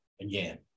again